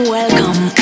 Welcome